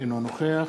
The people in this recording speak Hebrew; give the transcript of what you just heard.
אינו נוכח